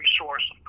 resource